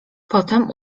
potem